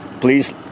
please